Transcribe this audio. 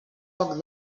poc